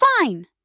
fine